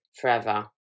forever